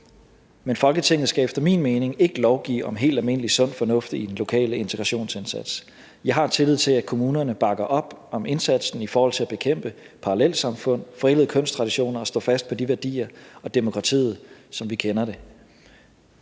Men Folketinget skal efter min mening ikke lovgive om helt almindelig sund fornuft i den lokale integrationsindsats. Jeg har tillid til, at kommunerne bakker op om indsatsen i forhold til at bekæmpe parallelsamfund, forældede kønstraditioner og stå fast på de værdier og demokratiet, som vi kender det,